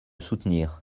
soutenir